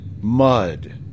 mud